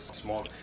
small